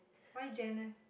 why Jan eh